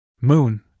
Moon